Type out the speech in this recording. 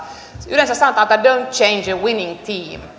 yleensä sanotaan että dont change a winning team